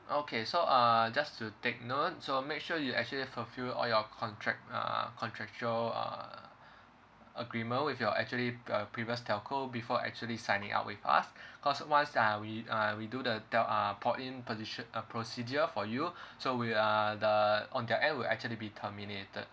okay so uh just to take note so make sure you actually fulfilled all your contract uh contractual uh agreement with your actually uh previous telco before actually signing up with us cause once uh we uh we do the tel~ uh port in position uh procedure for you so we are the uh on their end will actually be terminated